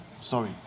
sorry